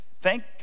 thank